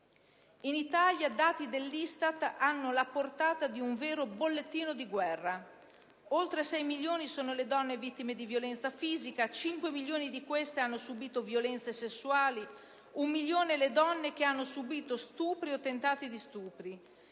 In Italia dati dell'ISTAT hanno la portata di un vero bollettino di guerra. Oltre 6 milioni sono le donne vittime di violenza fisica, 5 milioni di queste hanno subito violenze sessuali, 1 milione le donne che hanno subito stupri o tentativi di stupro,